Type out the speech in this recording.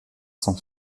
cent